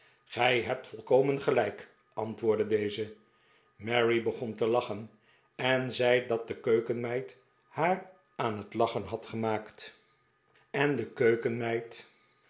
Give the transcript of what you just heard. gij hebt volkomen gelijk antwoordde deze mary begon te lachen en zei dat de keukenmeid haar aan het lachen had gemaakt vraag mij maar niets deugnietl antwoordde de keukenmeid